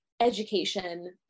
education